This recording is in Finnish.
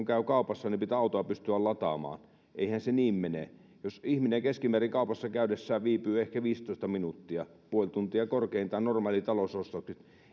käy kaupassa niin pitää autoa pystyä lataamaan mutta eihän se niin mene jos ihminen kaupassa käydessään viipyy keskimäärin ehkä viisitoista minuuttia puoli tuntia korkeintaan normaalitalousostoksilla niin